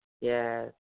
Yes